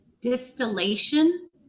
distillation